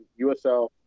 USL